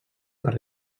per